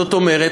זאת אומרת,